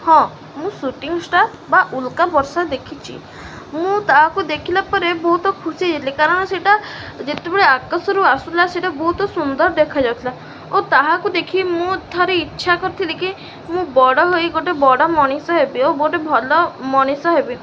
ହଁ ମୁଁ shooting star ବା ଉଲକା ବର୍ଷା ଦେଖିଛି ମୁଁ ତାହାକୁ ଦେଖିଲା ପରେ ବହୁତ ଖୁସି ହେଇଥିଲି କାରଣ ସେଟା ଯେତେବେଳେ ଆକର୍ଶରୁ ଆସୁଥିଲା ସେଟା ବହୁତ ସୁନ୍ଦର ଦେଖାଯାଉଥିଲା ଓ ତାହାକୁ ଦେଖି ମୁଁ ଥରେ ଇଚ୍ଛା କରିଥିଲି କି ମୁଁ ବଡ଼ ହୋଇ ଗୋଟେ ବଡ଼ ମଣିଷ ହେବି ଓ ଗୋଟେ ଭଲ ମଣିଷ ହେବି